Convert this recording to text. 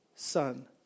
son